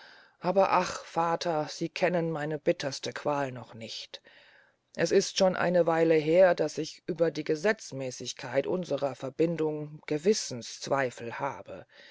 aber ach vater sie kennen meine bitterste qual noch nicht es ist schon eine weile her daß ich über die gesetzmäßigkeit unsrer verbindung gewissenszweifel habe